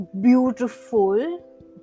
beautiful